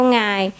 Ngài